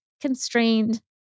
constrained